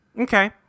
Okay